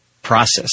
process